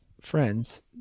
Friends